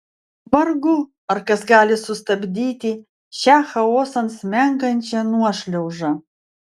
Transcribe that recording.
vargu ar kas gali sustabdyti šią chaosan smengančią nuošliaužą